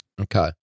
Okay